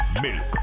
milk